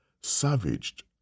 savaged